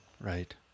Right